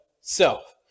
self